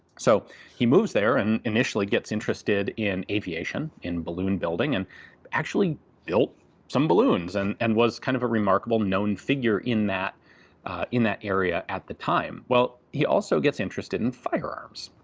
so he moves there and initially gets interested in aviation, in balloon building, and actually built some balloons, and and was kind of a remarkable known figure in that in that area at the time. well, he also gets interested in firearms.